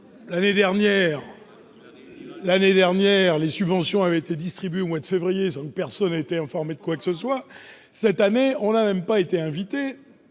L'année dernière, les subventions ont été distribuées au mois de février sans que personne ait été informé de quoi que ce soit. Cette année, nous n'avons même pas été invités